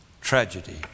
Tragedy